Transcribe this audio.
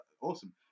Awesome